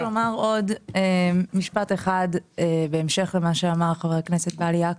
רציתי לומר עוד משפט אחד בהמשך למה שאמר חבר הכנסת בלייק,